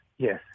Yes